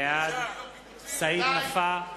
בעד סעיד נפאע,